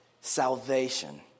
salvation